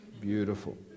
Beautiful